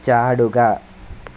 ചാടുക